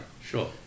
Sure